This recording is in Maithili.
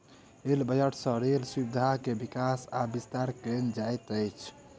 रेल बजट सँ रेल सुविधा के विकास आ विस्तार कयल जाइत अछि